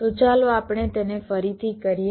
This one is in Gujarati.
તો ચાલો આપણે તેને ફરીથી કરીએ